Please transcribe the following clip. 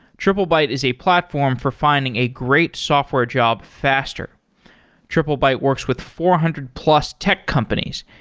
triplebyte is a platform for finding a great software job faster triplebyte works with four hundred plus tech companies,